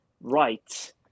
right